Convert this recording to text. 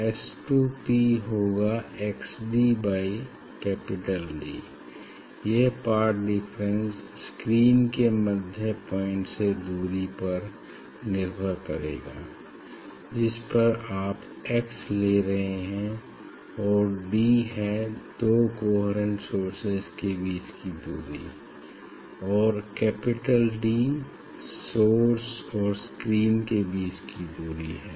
S 2 P होगा x d by capital D यह path difference screen के मध्य पॉइंट से दूरी पर निर्भर करेगा जिसपर आप x ले रहे हैं और d है दो कोहेरेंट सोर्सेज के बीच की दूरी और कैपिटल D सोर्स और स्क्रीन के बीच की दूरी है